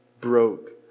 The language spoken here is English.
broke